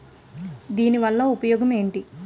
దాని వల్ల ఉపయోగం ఎంటి?